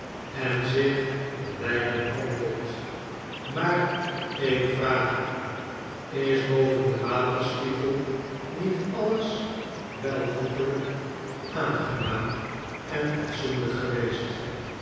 en zich om lijken kronkelt maar ik vraag u is boven den waterspiegel niet alles welvoegelijk aangenaam en fatsoenlijk geweest